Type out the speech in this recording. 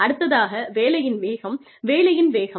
அடுத்ததாக வேலையின் வேகம் வேலையின் வேகம்